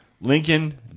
Lincoln